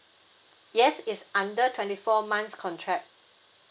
yes is under twenty four months contract